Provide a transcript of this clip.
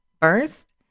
First